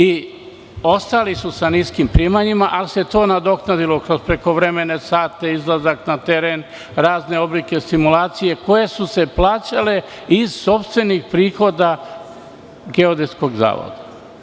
I ostali su sa niskim primanjima, ali se to nadoknadilo kroz prekovremene sate, izlazak na teren, razne oblike stimulacije, koje su se plaćale iz sopstvenih prihoda Geodetskog zavoda.